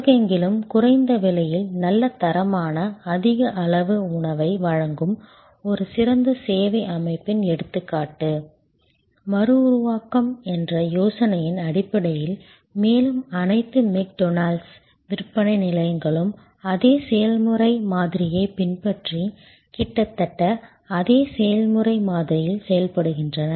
உலகெங்கிலும் குறைந்த விலையில் நல்ல தரமான அதிக அளவு உணவை வழங்கும் ஒரு சிறந்த சேவை அமைப்பின் எடுத்துக்காட்டு மறுஉருவாக்கம் என்ற யோசனையின் அடிப்படையில் மேலும் அனைத்து மெக்டொனால்ட்ஸ் விற்பனை நிலையங்களும் அதே செயல்முறை மாதிரியைப் பின்பற்றி கிட்டத்தட்ட அதே செயல்முறை மாதிரியில் செயல்படுகின்றன